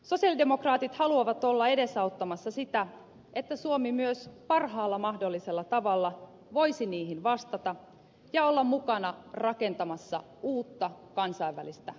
sosialidemokraatit haluavat olla edesauttamassa sitä että suomi myös parhaalla mahdollisella tavalla voisi niihin vastata ja olla mukana rakentamassa uutta kansainvälistä luottamusta